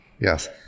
yes